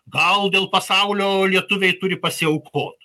gal dėl pasaulio lietuviai turi pasiaukot